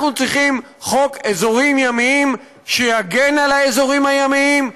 אנחנו צריכים חוק אזורים ימיים שיגן על האזורים הימיים,